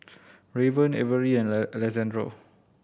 Raven Avery and Alexandro